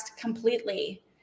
completely